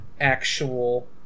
actual